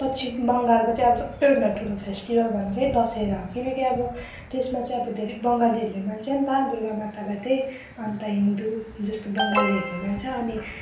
पश्चिम बङ्गालको चाहिँ अब सबैभन्दा ठुलो फेस्टिवल भनेकै दशहरा हो किनकि अब त्यसमा चाहिँ अब धेरै बङ्गालीहरूले मान्छ नि त दुर्गा मातालाई चाहिँ अन्त हिन्दू जस्तो बङ्गालीहरूले मान्छ अनि